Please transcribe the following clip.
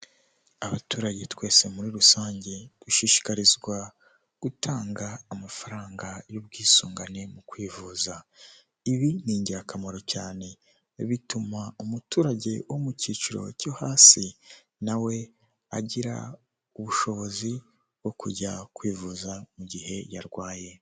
Abaturage twese muri rusange, dushishikarizwa gutanga amafaranga y'ubwisungane mu kwivuza. Ibi ni ingirakamaro cyane, bituma umuturage wo mu cyiciro cyo hasi, nawe agira ubushobozi bwo kujya kwivuza mu gihe yarwaye.